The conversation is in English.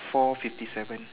four fifty seven